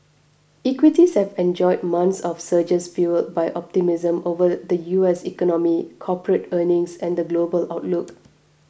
equities have enjoyed months of surges fuelled by optimism over the U S economy corporate earnings and the global outlook